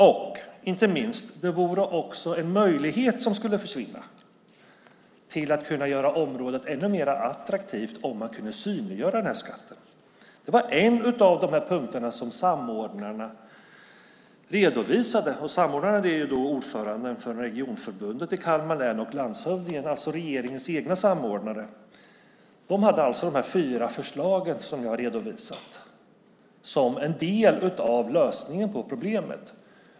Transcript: Men inte minst skulle en möjlighet att göra området ännu mer attraktivt genom att synliggöra denna skatt försvinna. Det var en av de punkter som samordnarna redovisade, och samordnarna är ordföranden för Regionförbundet i Kalmar län och landshövdingen, alltså regeringens egna samordnare. De hade alltså de fyra förslag som jag har redovisat som en del av lösningen på problemet.